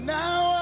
now